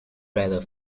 rather